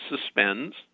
suspends